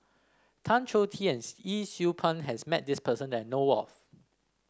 Tan Choh Tee and Yee Siew Pun has met this person that know of